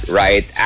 right